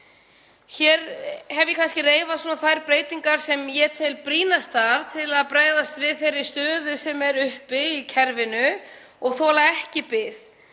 Hér hef ég reifað þær breytingar sem ég tel brýnastar til að bregðast við þeirri stöðu sem er uppi í kerfinu og þola ekki bið.